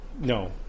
No